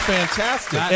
fantastic